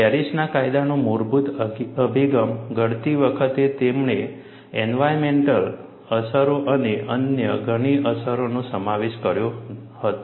પેરિસના કાયદાનો મૂળભૂત અભિગમ ઘડતી વખતે તેમણે એન્વાયરનમેન્ટલ અસરો અને અન્ય ઘણી અસરોનો સમાવેશ કર્યો ન હતો